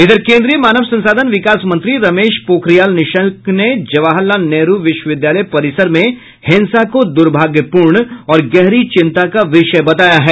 इधर केन्द्रीय मानव संसाधन विकास मंत्री रमेश पोखरियाल निशंक ने जवाहर लाल नेहरू विश्वविद्यालय परिसर में हिंसा को दुर्भाग्यपूर्ण और गहरी चिंता का विषय बताया है